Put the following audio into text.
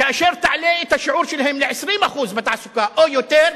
כאשר תעלה את השיעור שלהם ל-20% בתעסוקה או יותר,